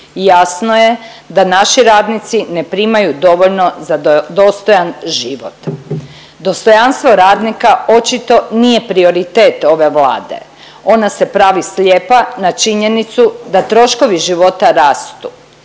jasno je da naši radnici ne primaju dovoljno za dostojan život. Dostojanstvo radnika očito nije prioritet ove Vlade, ona se pravi slijepa na činjenicu da troškovi života rastu,